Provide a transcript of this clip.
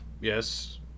Yes